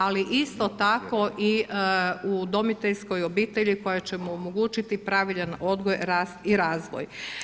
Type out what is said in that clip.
Ali isto tako i o udomiteljskoj obitelji koja će mu omogućiti pravilan odgoj, rast i razvoj.